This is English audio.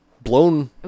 Blown